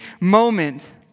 moment